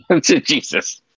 jesus